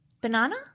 banana